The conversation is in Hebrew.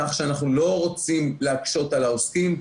כך שאנחנו לא רוצים להקשות על העוסקים.